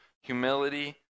humility